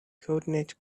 coordinate